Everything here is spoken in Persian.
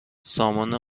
سامان